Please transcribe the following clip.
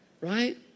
right